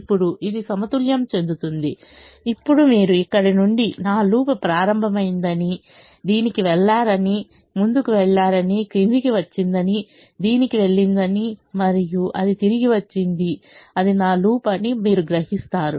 ఇప్పుడు ఇది సమతుల్యం చెందుతుంది ఇప్పుడు మీరు ఇక్కడ నుండి నా లూప్ ప్రారంభమైందని దీనికి వెళ్లిందని ముందుకు వెళ్లిందని క్రిందికి వచ్చిందని దీనికి వెళ్లిందని మరియు అది తిరిగి వచ్చింది అది నా లూప్ అని మీరు గ్రహించారు